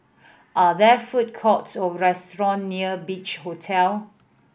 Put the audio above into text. are there food courts or restaurants near Beach Hotel